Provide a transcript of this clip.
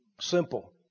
Simple